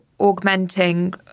augmenting